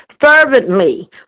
fervently